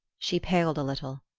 she paled a little.